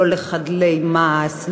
לא לחדלי מעש,